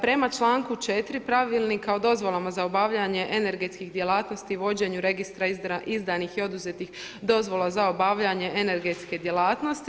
Prema članku 4. Pravilnika o dozvolama za obavljanje energetskih djelatnosti i vođenju registra izdanih i oduzetih dozvola za obavljanje energetske djelatnosti.